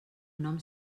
nom